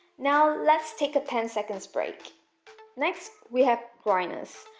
now let's take a ten seconds break next we have groiners,